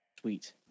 Sweet